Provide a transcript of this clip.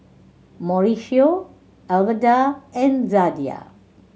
Mauricio Alverda and Zadie